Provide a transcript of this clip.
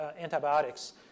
antibiotics